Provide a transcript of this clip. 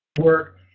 work